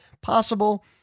possible